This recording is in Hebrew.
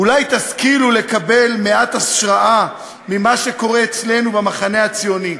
אולי תשכילו לקבל מעט השראה ממה שקורה אצלנו במחנה הציוני.